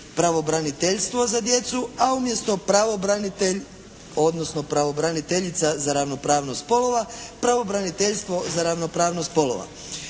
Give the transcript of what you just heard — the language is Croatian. pravobranitelj odnosno pravobraniteljica za ravnopravnost spolova, Pravobraniteljstvo za ravnopravnost spolova.